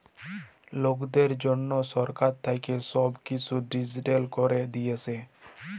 লকদের জনহ সরকার থাক্যে সব কিসু ডিজিটাল ক্যরে দিয়েসে